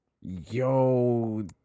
Yo